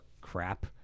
crap